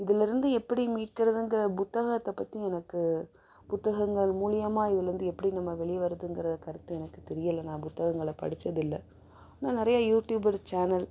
இதுலர்ந்து எப்படி மீட்கிறதுங்கிற புத்தகத்தை பற்றி எனக்கு புத்தகங்கள் மூலியமாக இதுலந்து எப்படி நம்ம வெளியே வரதுங்கிற கருத்து எனக்கு தெரியல நான் புத்தகங்களை படிச்சதில்லை நான் நிறையா யூடியூபர் சேனல்